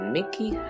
Mickey